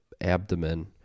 abdomen